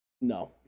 no